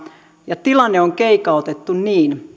ja tilanne on keikautettu niin